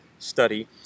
study